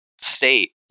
state